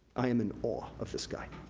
i am in awe of this guy.